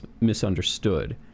misunderstood